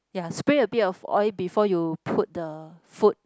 ya spray a bit of oil before you put the food